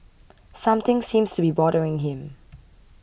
something seems to be bothering him